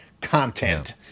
content